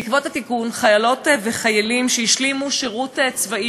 בעקבות התיקון חיילות וחיילים שהשלימו שירות צבאי